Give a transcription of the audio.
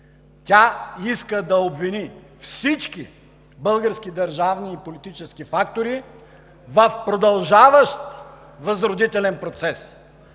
Тя иска да обвини всички български държавни и политически фактори в продължаващ възродителен процес,